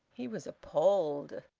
he was appalled.